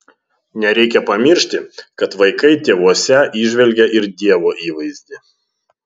nereikia pamiršti kad vaikai tėvuose įžvelgia ir dievo įvaizdį